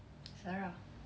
sarah